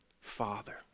father